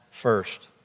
first